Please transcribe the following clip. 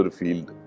field